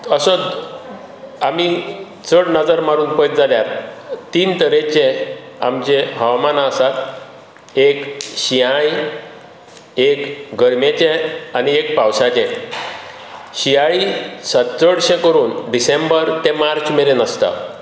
असोच आमी चड नदर मारून पळयत जाल्यार तीन तरेचे आमचे हवामाना आसात एक शिंयाळी एक गरमेचें आनी एक पावसाचे शियांळी स चडशें करून डिसेंबर ते मार्च मेरेन आसता